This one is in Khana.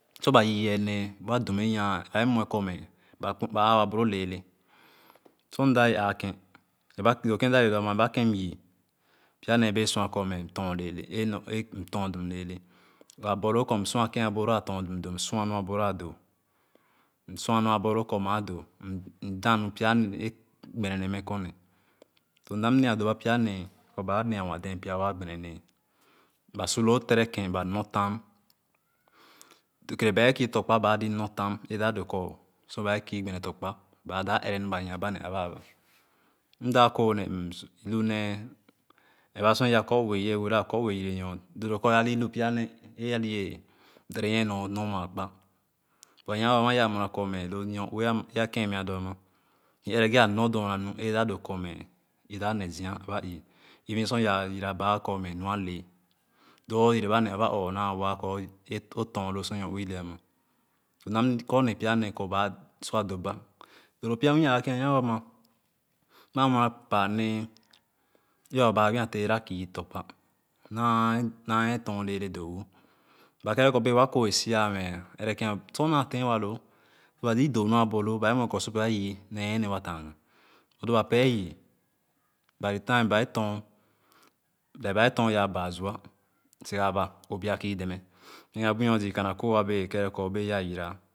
Sorba yiiyeene wa dum a yaah ba amue kõmẽ ba baloo lẽẽle sor mda wee ããken dõõ ama ereba kẽn nyii pya nee bẽẽ sua kõ mtõõ lẽẽle mtõõdum lẽẽle lo a borloo kõ tõõdum m sor nua a dõõ m sor mua a borloo kormaa dõõ m da nu pyagbenenee mekorne mda mna adoba pya nee ibãã ne a waadee pya wa gbenenee ba su loo terekeñ ba nor tam kereba kii tokpa baa zii nortam a dõõ kõ sor bae kii gbene tõkpa ba dap ere nu ba yeaba ne aba aba mdá kõõi ne-mm lunee ere ba sor yaah kor ue ewee korue yerenyor dõõ dõõ kor oli lu pyanee a wee dere nyienyor normaa kpa nya-woh yaa mie na kor meloo nyorue o ere yeh nor dõõ nu aa dap dõõ korme odap nezia aba ii keresor yaa yirabãã kor nu alẽẽ lua yereba ne ba-ɔɔ naawa kor o ton loo sor nolue ileama mda mkor ne pyanee kor ba a sua doba doodoo pya nwii a ããke a nya-woh mma mea mue na baanee e ba aa gbi a teera kii tokpa naa atole lee doowo ba kere-kor bee wa kooh asiã me ere sor naa-tẽẽn waloo lo ba zii dõõ nu aborloo sor ba eyii neenewa taagah hoba pee- yii lee ba aato baazua siga aba obia kii deme m gyigia buloo zii ka na kooh akii deme.